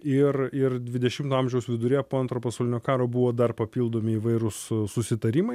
ir ir dvidešimto amžiaus viduryje po antro pasaulinio karo buvo dar papildomi įvairūs susitarimai